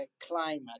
climate